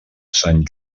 sant